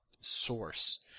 source